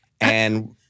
and-